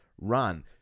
run